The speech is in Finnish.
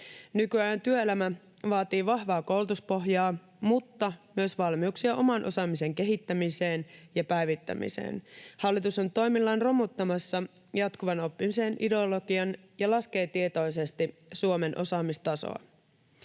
Nykyajan työelämä vaatii vahvaa koulutuspohjaa mutta myös valmiuksia oman osaamisen kehittämiseen ja päivittämiseen. Hallitus on toimillaan romuttamassa jatkuvan oppimisen ideologian ja laskee tietoisesti Suomen osaamistasoa.